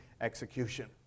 execution